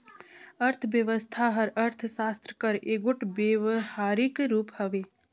अर्थबेवस्था हर अर्थसास्त्र कर एगोट बेवहारिक रूप हवे